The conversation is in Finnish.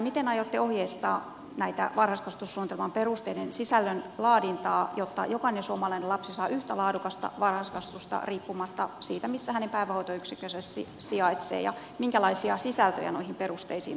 miten aiotte ohjeistaa varhaiskasvatussuunnitelman perusteiden sisällön laadintaa jotta jokainen suomalainen lapsi saa yhtä laadukasta varhaiskasvatusta riippumatta siitä missä hänen päivähoitoyksikkönsä sijaitsee ja minkälaisia sisältöjä noihin perusteisiin on tulossa